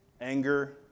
anger